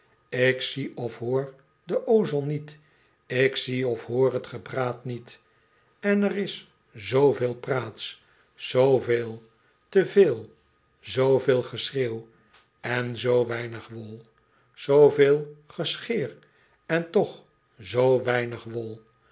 ik zie of hoor de ozone niet ik zie of hoor t gepraat niet en er is zooveel praats zooveel te veel zooveel geschreeuw en zoo weinig wol zooveel gescheer en toch zoo weinig wol